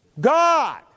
God